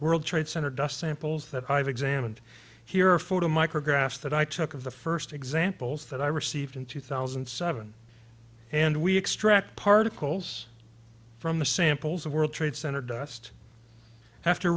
world trade center dust samples that i've examined here for the micrographs that i took of the first examples that i received in two thousand and seven and we extract particles from the samples of world trade center dust after